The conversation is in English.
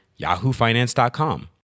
yahoofinance.com